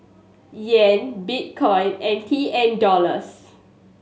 Yen Bitcoin and T N Dollars